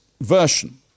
version